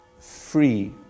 free